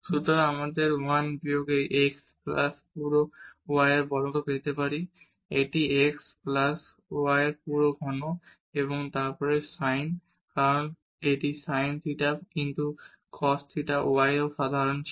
সুতরাং আমরা 1 বিয়োগ এই x প্লাস y পুরো বর্গটি পেতে পারি এটি x প্লাস y পুরো ঘন এবং তারপর এটি sin কারণ এটি sin theta x plus theta y ও সাধারণ ছিল